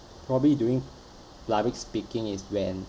probably during public speaking is when